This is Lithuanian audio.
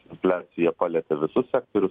infliacija palietė visus sektorius